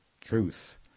truth